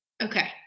okay